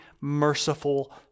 merciful